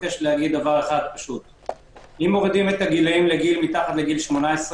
אם מורידים את הגילאים מתחת ל-18,